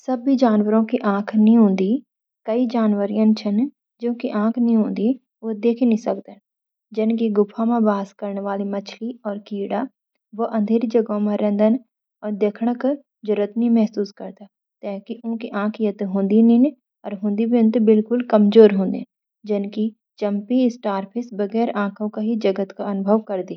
नै, सभी जनावरों की आँखें नहीं होती। कइ जनावर ऐसे च, जिनकी आँखें नि हुंदि वा वो देख नि सक्दन। जैंसि कुछ गुफा मँ बास करने वाला मछलियाँ और कीड़े, वो अंधेरी जगहों मँ रैंदे ह्वे देखण की जरूरत नि महसूस करदन, तैंकी उनकी आँखें या तो होती नि हुंदी या ब्योकी बिलकुल कमजोर हुंदी।